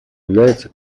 является